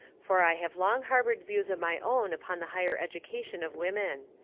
for i have long harboured views of my own upon the higher education of women.